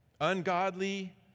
ungodly